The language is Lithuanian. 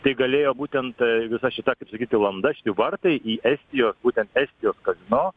tai galėjo būtent vis šita sakyti landa šiti vartai į estijos būtent estijos kazino